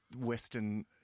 Western